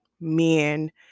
men